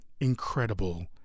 incredible